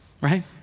right